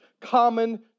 common